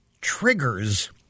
triggers